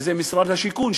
וזה משרד השיכון,